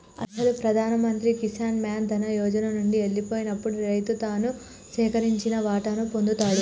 అసలు ప్రధాన మంత్రి కిసాన్ మాన్ ధన్ యోజన నండి ఎల్లిపోయినప్పుడు రైతు తను సేకరించిన వాటాను పొందుతాడు